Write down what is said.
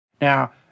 Now